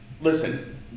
listen